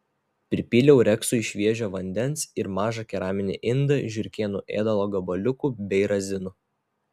pripyliau reksui šviežio vandens ir mažą keraminį indą žiurkėnų ėdalo gabaliukų bei razinų